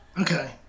Okay